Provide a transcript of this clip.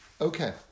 Okay